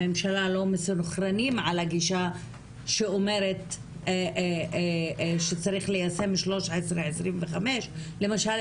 בממשלה לא מסונכרנים על הגישה שאומרת שצריך ליישם 1325. למשל,